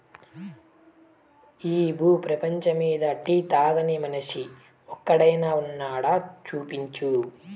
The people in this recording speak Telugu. ఈ భూ పేపంచమ్మీద టీ తాగని మనిషి ఒక్కడైనా వున్నాడా, చూపించు